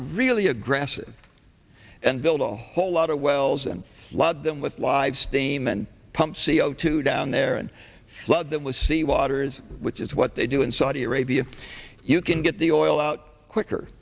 really aggressive and build a whole lot of wells and flood them with live steam and pump c o two down there and flood that was sea waters which is what they do in saudi arabia you can get the oil out quicker